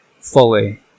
fully